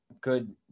good